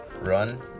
run